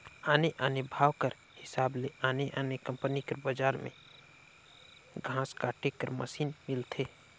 आने आने भाव कर हिसाब ले आने आने कंपनी कर बजार में घांस काटे कर मसीन मिलथे